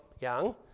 young